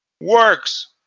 Works